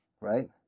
Right